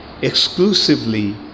exclusively